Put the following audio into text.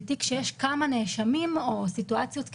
בתיק שיש כמה נאשמים או סיטואציות כאלה,